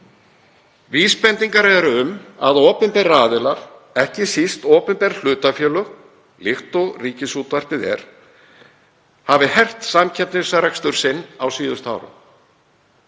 Vísbendingar eru um að opinberir aðilar, ekki síst opinber hlutafélög, líkt og Ríkisútvarpið er, hafi hert samkeppnisrekstur sinn á síðustu árum.